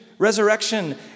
resurrection